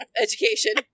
education